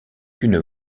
qu’une